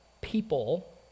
people